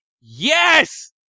yes